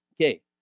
Okay